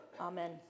Amen